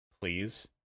please